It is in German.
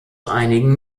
einigen